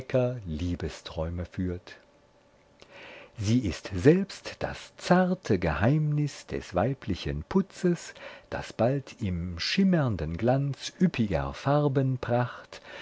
kecker liebesträume führt sie ist selbst das zarte geheimnis des weiblichen putzes das bald im schimmernden glanz üppiger farbenpracht